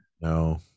No